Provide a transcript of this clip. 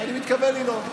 ואני מתכוון לנאום.